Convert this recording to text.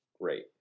Great